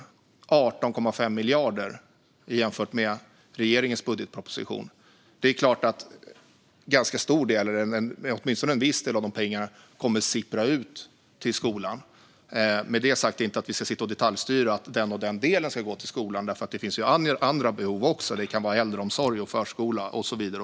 Vi lägger 18,5 miljarder, vilket kan jämföras med regeringens budgetproposition. Det är klart att åtminstone en viss del av dessa pengar kommer att sippra ut till skolan. Med det sagt ska vi inte detaljstyra att en viss del ska gå till skolan, eftersom det ju finns också andra behov. Det kan handla om äldreomsorg, förskola och så vidare.